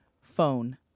Phone